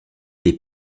des